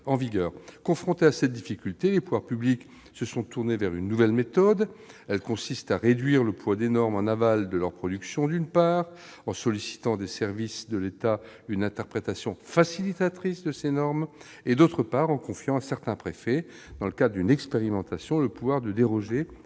en vigueur. Confrontés à cette difficulté, les pouvoirs publics se sont tournés vers une nouvelle méthode. Elle consiste à réduire le poids des normes en aval de leur production, d'une part, en sollicitant des services de l'État une interprétation « facilitatrice » de ces normes, d'autre part, en confiant à certains préfets, dans le cadre d'une expérimentation, le pouvoir de déroger